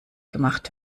gemacht